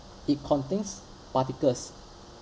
it contains particles